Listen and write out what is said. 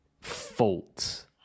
fault